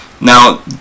Now